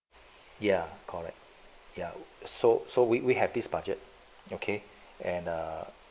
ya correct ya so so we we have this budget okay and err